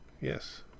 Yes